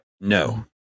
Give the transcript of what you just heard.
No